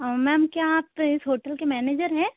ma'am क्या आप इस होटल के मैनेजर है